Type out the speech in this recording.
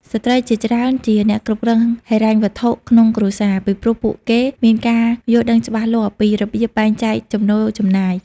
ស្ត្រីជាច្រើនជាអ្នកគ្រប់គ្រងហិរញ្ញវត្ថុក្នុងគ្រួសារ ពីព្រោះពួកគេមានការយល់ដឹងច្បាស់លាស់ពីរបៀបបែងចែកចំណូលចំណាយ។